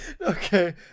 Okay